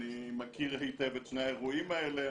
אני מכיר היטב את שני האירועים האלה.